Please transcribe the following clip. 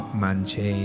manche